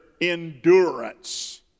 endurance